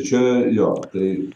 čia jo tai